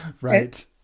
Right